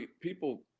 people